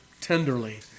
tenderly